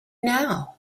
now